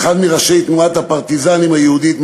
אחד מראשי תנועת הפרטיזנים היהודית,